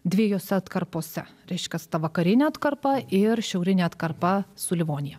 dviejose atkarpose reiškias ta vakarinė atkarpa ir šiaurinė atkarpa su livonija